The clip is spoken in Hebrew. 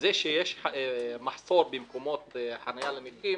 זה שיש מחסור במקומות חניה לנכים